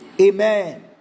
Amen